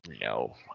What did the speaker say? No